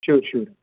sure sure